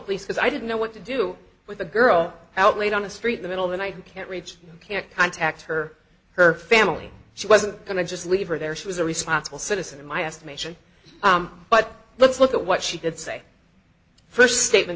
police because i didn't know what to do with a girl out late on the street the middle of the night can't reach can't contact her her family she wasn't going to just leave her there she was a responsible citizen in my estimation but let's look at what she did say first statement